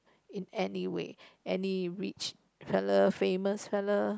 in anywhere any rich fella famous fella